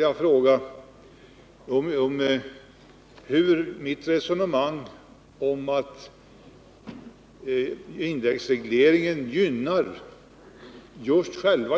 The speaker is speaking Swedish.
Jag påstår att indexregleringen gynnar